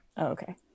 Okay